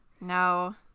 no